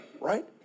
Right